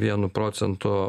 vienu procentu